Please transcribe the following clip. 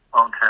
Okay